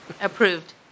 Approved